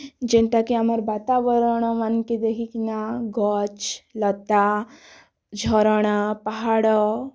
ଯେନ୍ଟାକି ଆମର୍ ବାତାବରଣ ମାନ୍କେ ଦେଖିକିନା ଗଛ୍ ଲତା ଝରଣା ପାହାଡ଼